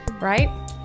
right